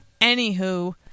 Anywho